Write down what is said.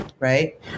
Right